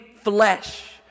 flesh